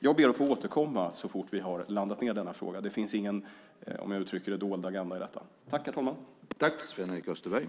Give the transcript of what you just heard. Jag ber att få återkomma så fort vi har landat den här frågan. Det finns ingen, om jag uttrycker det så, dold agenda i detta.